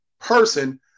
person